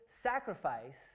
sacrifice